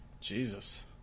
Jesus